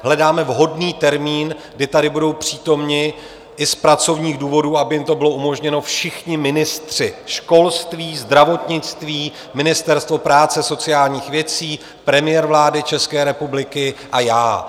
Hledáme vhodný termín, kdy tady budou přítomni i z pracovních důvodů, aby jim to bylo umožněno, všichni ministři školství, zdravotnictví, ministr práce a sociálních věcí, premiér vlády České republiky a já.